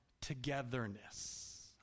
togetherness